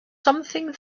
something